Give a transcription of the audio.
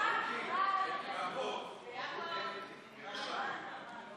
ההצעה להעביר את הצעת חוק שוויון זכויות לאנשים עם מוגבלות (תיקון,